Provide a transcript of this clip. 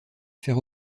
faire